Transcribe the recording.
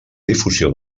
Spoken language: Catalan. difusió